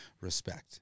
respect